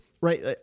right